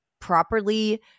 properly